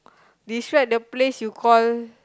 this what the place you call